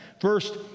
First